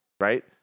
right